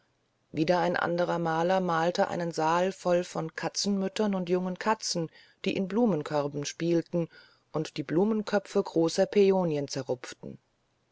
wieder ein anderer maler malte einen saal voll von katzenmüttern und jungen katzen die in blumenkörben spielten und die blütenköpfe großer päonien zerzupften